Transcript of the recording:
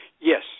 yes